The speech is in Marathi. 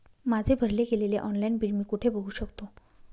माझे भरले गेलेले ऑनलाईन बिल मी कुठे बघू शकतो?